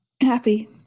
happy